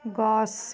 গছ